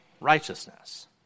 righteousness